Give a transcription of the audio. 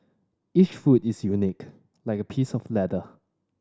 each foot is unique like a piece of leather